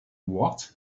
what